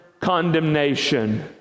condemnation